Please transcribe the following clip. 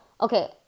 okay